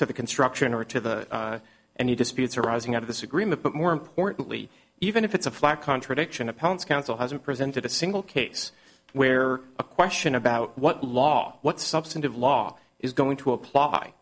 to the construction or to the any disputes arising out of this agreement but more importantly even if it's a flat contradiction opponents counsel hasn't presented a single case where a question about what law what substantive law is going to